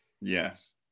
yes